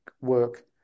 work